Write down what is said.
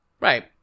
Right